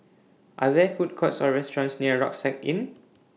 Are There Food Courts Or restaurants near Rucksack Inn